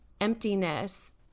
emptiness